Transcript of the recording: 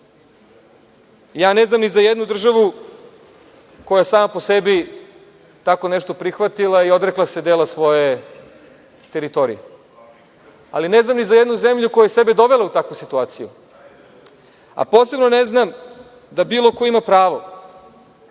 Ja ne znam ni za jednu državu koja je sama po sebi tako nešto prihvatila i odrekla se dela svoje teritorije. Ali, ne znam ni za jednu zemlju koja je sebe dovela u takvu situaciju, a posebno ne znam da bilo ko ima pravo,